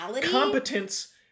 competence